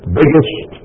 biggest